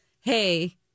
hey